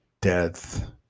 death